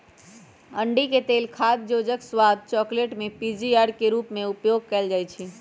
अंडिके तेल खाद्य योजक, स्वाद, चकलेट में पीजीपीआर के रूप में उपयोग कएल जाइछइ